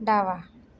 डावा